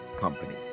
Company